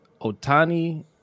Otani